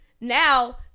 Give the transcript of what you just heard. Now